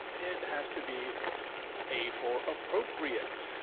it has to be a for appropriate.